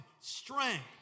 strength